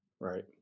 Right